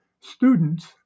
students